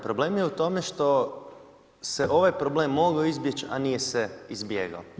Problem je u tome što se ovaj problem mogao izbjeći a nije se izbjegao.